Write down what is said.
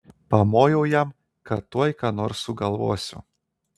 pamojau jam kad tuoj ką nors sugalvosiu